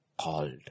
called